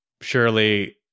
surely